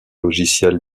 logiciels